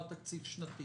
תקציב שנתי